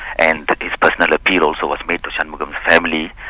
and his personal appeal also was made to shanmugam's family,